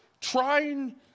trying